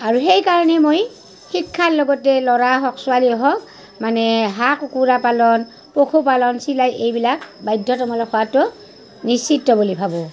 আৰু সেইকাৰণে মই শিক্ষাৰ লগতে ল'ৰা হওক ছোৱালী হওক মানে হাঁহ কুকুৰা পালন পশুপালন চিলাই এইবিলাক বাধ্যতামূলক হোৱাটো নিশ্চিত বুলি ভাবোঁ